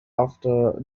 after